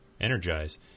energize